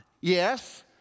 Yes